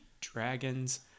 Dragons